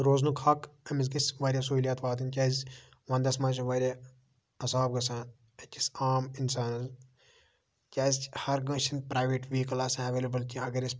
روزنُک حَق أمِس گَژھِ واریاہ سہولیات واتٕنۍ کیٛازِ ونٛدَس منٛز چھِ واریاہ عذاب گَژھان أکِس عام اِنسانَس کیٛازکہِ ہَر کٲنٛسہِ چھِنہٕ پرٛایویٹ ویٖکٕل آسان اٮ۪وٮ۪لیبٕل کیٚنٛہہ اَگر أسۍ